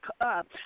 up